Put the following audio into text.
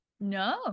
No